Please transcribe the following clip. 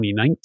2019